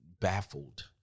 baffled